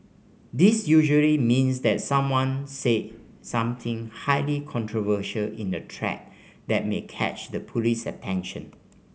this usually means that someone said something highly controversial in the thread that may catch the police attention